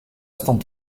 stond